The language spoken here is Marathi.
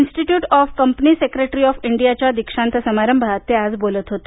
institute of company secretary of इंडियाच्या दीक्षांत समारभात ते आज बोलत होते